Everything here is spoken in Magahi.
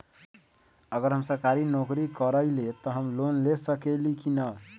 अगर हम सरकारी नौकरी करईले त हम लोन ले सकेली की न?